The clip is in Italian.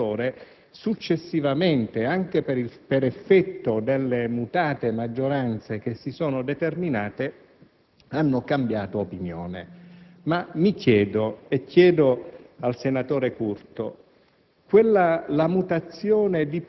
importante qual è il rigassificatore, successivamente, anche per effetto delle mutate maggioranze che si sono determinate, hanno cambiato opinione. Ma mi chiedo e chiedo al senatore Curto: